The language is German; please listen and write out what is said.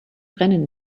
brennen